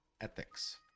ethics